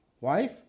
wife